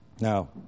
Now